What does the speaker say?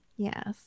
Yes